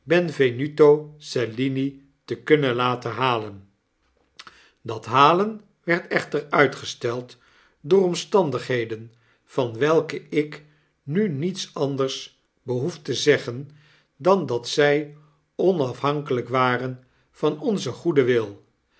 benvenuto cellini te kunnen laten halen dat halen werd echter uitgesteld door omstandigheden van welke ik nu niets anders behoef te zeggen dan dat zy onafhankelyk waren van onzen goeden wil